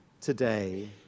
today